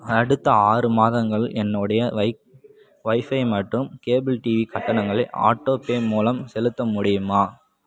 அடுத்த ஆறு மாதங்கள் என்னோடைய வை வைஃபை மற்றும் கேபிள் டிவி கட்டணங்களை ஆட்டோபே மூலம் செலுத்த முடியுமா